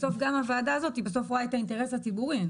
בסוף גם העבודה הזו רואה את האינטרס הציבורי.